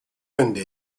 yönde